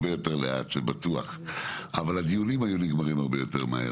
אבל גם הדיונים היו נגמרים הרבה יותר מהר.